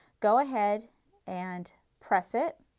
go ahead and press it.